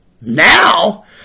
now